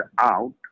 out